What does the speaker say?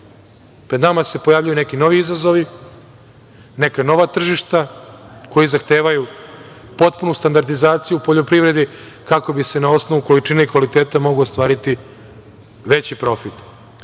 Pred nama se pojavljuju neki novi izazovi, neka nova tržišta, koji zahtevaju potpunu standardizaciju poljoprivrede, kako bi se na osnovu količine i kvaliteta mogao ostvariti veći profit. Do